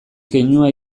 keinua